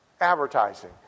advertising